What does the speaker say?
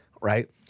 right